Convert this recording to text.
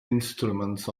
instruments